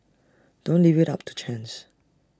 don't leave IT up to chance